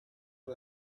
and